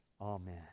Amen